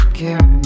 care